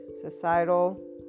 societal